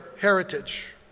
heritage